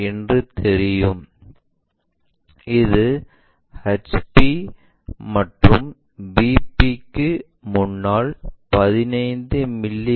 என்று தெரியும் இது ஹெச்பி மற்றும் விபிக்கு முன்னால் 15 மி